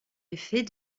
effet